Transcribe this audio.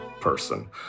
person